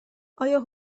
آیا